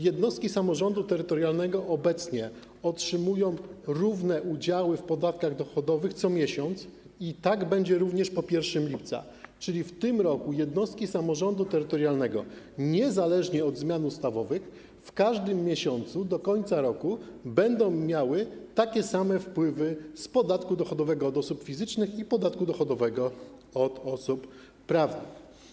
Jednostki samorządu terytorialnego obecnie otrzymują równe udziały w podatkach dochodowych co miesiąc i tak będzie również po 1 lipca, czyli w tym roku jednostki samorządu terytorialnego niezależnie od zmian ustawowych w każdym miesiącu do końca roku będą miały takie same wpływy z podatku dochodowego od osób fizycznych i podatku dochodowego od osób prawnych.